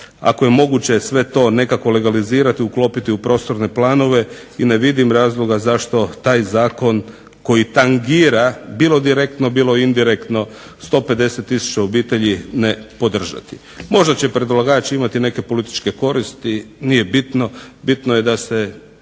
Ako je moguće sve to nekako legalizirati i uklopiti u prostorne planove i ne vidim razloga zašto taj zakon koji tangira bilo direktno bilo indirektno 150 tisuća obitelji ne podržati. Možda će predlagač imati neke političke koristi nije bitno, bitno je da se